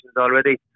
already